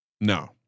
No